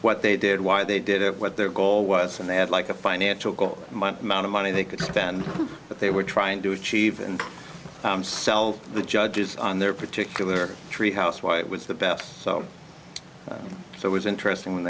what they did why they did it what their goal was and they had like a financial goal might mount of money they could spend but they were trying to achieve and sell the judges on their particular treehouse why it was the best so so it was interesting when